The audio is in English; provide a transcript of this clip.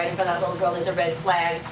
little girl, there's a red flag.